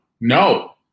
No